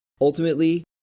ultimately